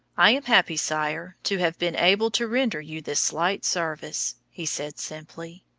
i am happy, sire, to have been able to render you this slight service, he said simply.